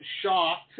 shocked